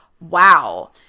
wow